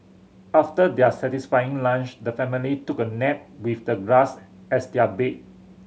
after their satisfying lunch the family took a nap with the grass as their bed